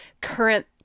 current